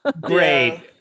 Great